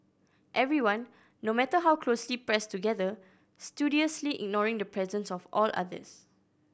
everyone no matter how closely pressed together studiously ignoring the presence of all others